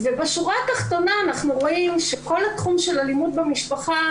ובשורה התחתונה אנחנו רואים שכל התחום של אלימות במשפחה